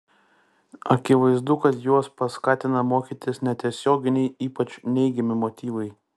akivaizdu kad juos paskatina mokytis netiesioginiai ypač neigiami motyvai